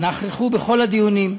נכחו בכל הדיונים,